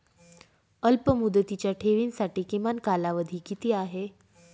अल्पमुदतीच्या ठेवींसाठी किमान कालावधी किती आहे?